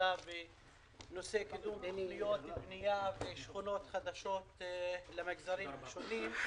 בנושא קידום בנייה ושכונות חדשות למגזרים השונים.